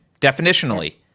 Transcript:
definitionally